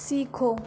سیکھو